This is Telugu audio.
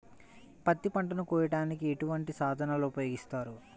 పత్తి పంటను కోయటానికి ఎటువంటి సాధనలు ఉపయోగిస్తారు?